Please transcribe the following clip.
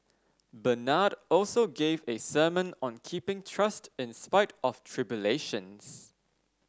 Bernard also gave a sermon on keeping trust in spite of tribulations